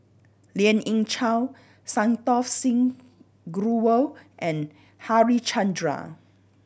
Lien Ying Chow Santokh Singh Grewal and Harichandra